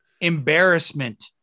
embarrassment